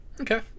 Okay